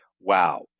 Wow